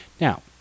Now